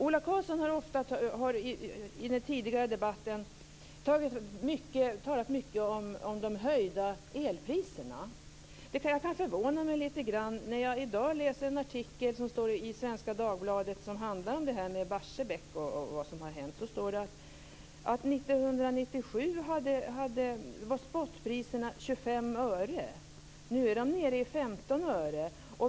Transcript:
Ola Karlsson har tidigare i debatten talat mycket om höjda elpriser. Det förvånar mig lite grann när jag i dag kan läsa en artikel i Svenska Dagbladet. Det handlar om Barsebäck och vad som har hänt. Det står att 1997 var spotpriset 25 öre. Nu är det nere i 15 öre.